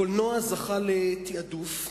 הקולנוע זכה לתעדוף,